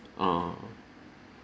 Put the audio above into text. err